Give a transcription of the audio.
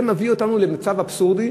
זה מביא אותנו למצב אבסורדי,